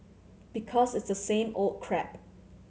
because it's the same old crap